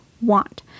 want